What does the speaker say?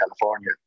California